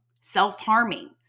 self-harming